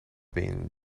been